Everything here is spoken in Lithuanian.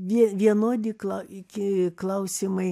vie vienodi klau iki klausimai